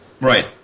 Right